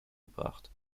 gebracht